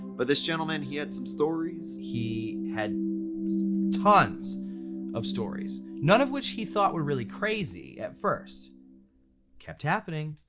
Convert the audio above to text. but this gentleman, he had some stories. he had tons of stories. none of which he thought were really crazy, at first. it kept happening.